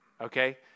Okay